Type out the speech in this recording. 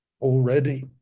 already